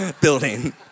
building